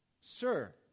Sir